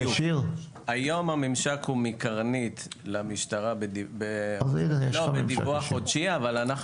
היום הממשק הוא מקרנית למשטרה בדיווח חודשי אבל אנחנו